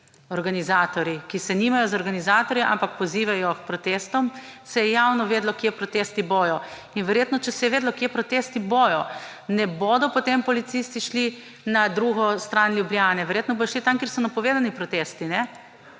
organizatorji, ki se nimajo za organizatorja, ampak pozivajo k protestom, se je javno vedelo, kje protesti bodo. In verjetno, če se je vedelo, kje protesti bodo, ne bodo potem policisti šli na drugo stran Ljubljane, verjetno bodo šli tja, kjer so napovedani protesti. To